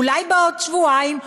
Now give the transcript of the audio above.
אולי בעוד שבועיים,